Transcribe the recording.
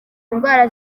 indwara